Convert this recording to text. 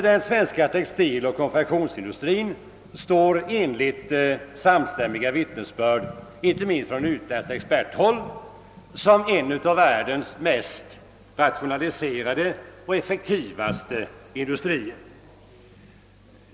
Den svenska textiloch konfektionsindustrin framstår enligt samstämmiga vittnesbörd — inte minst från utländskt experthåll — som en av världens mest rationaliserade och mest effektiva industrier.